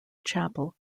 chapel